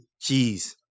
Jeez